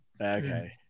Okay